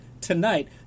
tonight